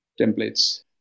templates